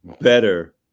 better